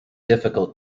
difficult